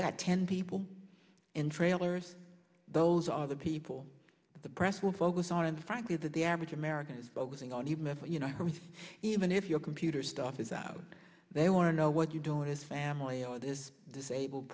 that ten people in trailers those are the people the press will focus on and frankly that the average american is focusing on even if you know even if your computer stuff is out they want to know what you do is family or this disabled